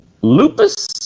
Lupus